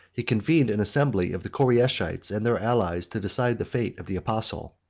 he convened an assembly of the koreishites and their allies, to decide the fate of the apostle.